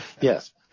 yes